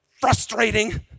frustrating